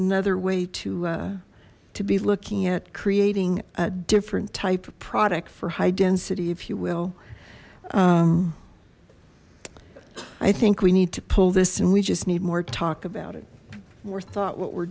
another way to to be looking at creating a different type of product for high density if you will i think we need to pull this and we just need more talk about it more thought what we're